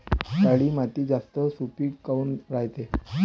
काळी माती जास्त सुपीक काऊन रायते?